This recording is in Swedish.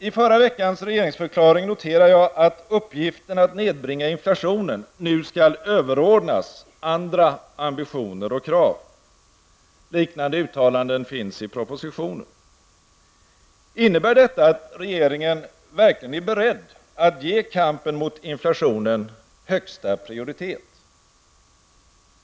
I förra veckans regeringsförklaring noterade jag att uppgiften att nedbringa inflationen nu skall överordnas andra ambitioner och krav. Liknande uttalanden finns i propositionen. Innebär detta att regeringen verkligen är beredd att ge kampen mot inflationen högsta prioritet?